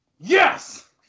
Yes